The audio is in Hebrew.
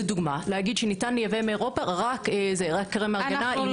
לומר שניתן לייבא מאירופה רק קרם הגנה עם